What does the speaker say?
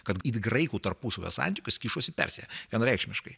kad į graikų tarpusavio santykius kišosi į persiją vienareikšmiškai